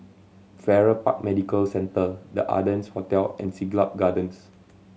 Farrer Park Medical Centre The Ardennes Hotel and Siglap Gardens